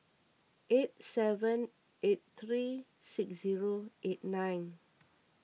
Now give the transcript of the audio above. eight seven eight three six zero eight nine